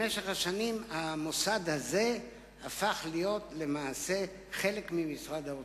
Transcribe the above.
במשך השנים המוסד הזה הפך להיות למעשה חלק ממשרד האוצר,